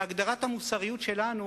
והגדרת המוסריות שלנו,